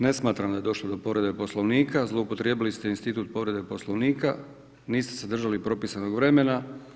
Ne smatram da je došlo do povrede Poslovnika, zloupotrijebili ste institut povrede Poslovnika, niste se držali propisanog vremena.